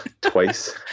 twice